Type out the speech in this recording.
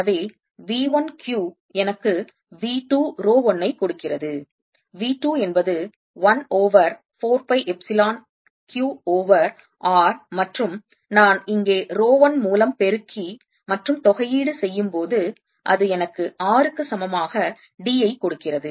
எனவே V 1 Q எனக்கு V 2 rho 1 ஐ கொடுக்கிறது V 2 என்பது 1 over 4 pi epsilon Q over r மற்றும் நான் இங்கே ரோ 1 மூலம் பெருக்கி மற்றும் தொகையீடு செய்யும் போது அது எனக்கு r க்கு சமமாக d ஐ கொடுக்கிறது